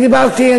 אני דיברתי.